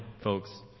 folks